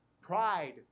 Pride